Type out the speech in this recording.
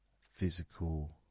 physical